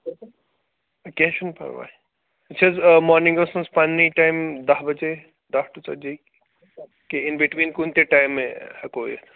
کیٚنہہ چھُنہٕ پرواے یہِ چھِ حظ مارنِنٛگَس منٛز پَنٛنی ٹایمہِ دَہ بجے دَہ ٹُہ ژٔتجی کہِ اِن بِٹویٖن کُنہِ تہِ ٹایمہٕ ہٮ۪کَو یِتھ